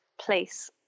place